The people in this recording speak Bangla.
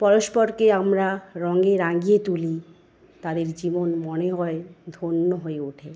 পরস্পরকে আমরা রঙে রাঙিয়ে তুলি তাতে জীবন মনে হয় ধন্য হয়ে ওঠে